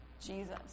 Jesus